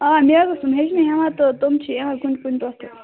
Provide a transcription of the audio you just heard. آ مےٚ حظ اوسُم ہیٚچھنہِ یِوان تہٕ تِم چھِ یِوان کُنہِ کُنہِ دۄہ تہٕ